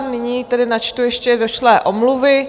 Nyní načtu ještě došlé omluvy.